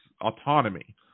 autonomy